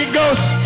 Ghost